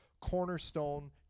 cornerstone